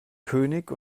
könig